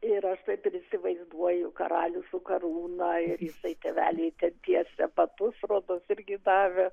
ir aš taip ir įsivaizduoju karalių su karūna ir jisai tėveliui ten tiesia batus rodos irgi davė